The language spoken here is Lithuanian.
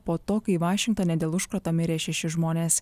po to kai vašingtone dėl užkrato mirė šeši žmonės